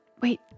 wait